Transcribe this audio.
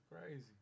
crazy